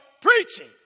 preaching